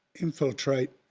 infiltrate.